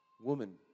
Woman